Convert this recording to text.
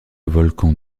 volcans